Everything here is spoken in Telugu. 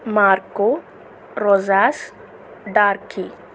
Marco Rojas డార్కి